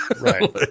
right